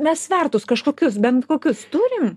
mes svertus kažkokius bent kokius turim